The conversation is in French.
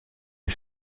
les